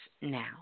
now